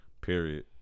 period